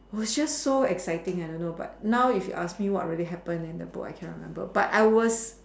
was just so exciting I don't know but now if you ask me what really happened in the book I can remember but I was so